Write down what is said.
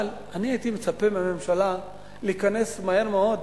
אבל הייתי מצפה מהממשלה להיכנס מהר מאוד